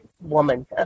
woman